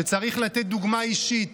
שצריך לתת דוגמה אישית,